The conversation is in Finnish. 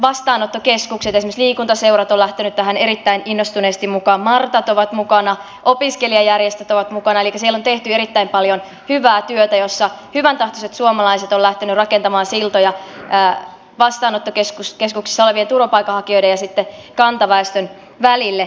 esimerkiksi liikuntaseurat ovat lähteneet tähän erittäin innostuneesti mukaan martat ovat mukana opiskelijajärjestöt ovat mukana elikkä siellä on tehty erittäin paljon hyvää työtä jossa hyväntahtoiset suomalaiset ovat lähteneet rakentamaan siltoja vastaanottokeskuksissa olevien turvapaikanhakijoiden ja kantaväestön välille